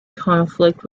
conflict